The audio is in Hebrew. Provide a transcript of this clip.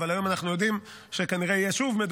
אך היום אנחנו יודעים שכנראה שוב יהיה